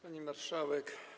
Pani Marszałek!